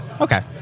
Okay